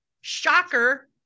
Shocker